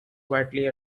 quietly